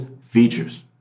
features